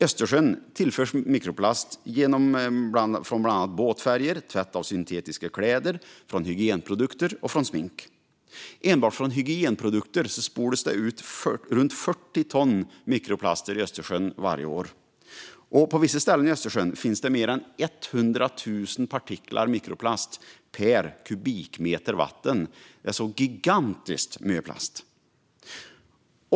Östersjön tillförs mikroplast från bland annat båtfärger, tvätt av syntetiska kläder, hygienprodukter och smink. Enbart från hygienprodukter spolas det ut runt 40 ton mikroplaster i Östersjön varje år. På vissa ställen i Östersjön finns mer än 100 000 partiklar per kubikmeter vatten. Det är så gigantiskt mycket plast!